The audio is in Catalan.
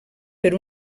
per